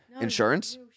insurance